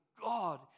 God